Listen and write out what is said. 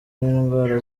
n’indwara